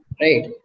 right